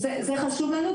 זה חשוב לנו,